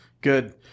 Good